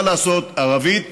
מה לעשות, ערבית